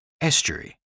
estuary